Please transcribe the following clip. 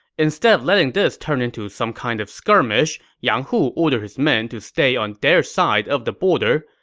instead of letting this turn into some kind of skirmish, yang hu ordered his men to stay on their side of the border,